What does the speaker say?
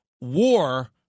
war